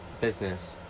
business